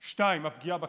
2. הפגיעה בכלכלה,